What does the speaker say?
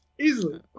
Easily